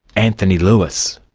anthony lewis.